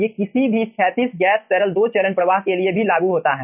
ये किसी भी क्षैतिज गैस तरल दो चरण प्रवाह के लिए भी लागू होता है